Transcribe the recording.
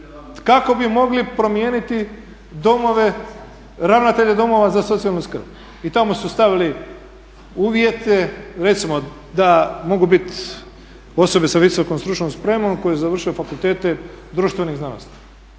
kako bi mogli promijeniti domove, ravnatelje domova za socijalnu skrb. I tamo su stavili uvjete recimo da mogu biti osobe sa visokom stručnom spremom koje su završile fakultete društvenih znanosti.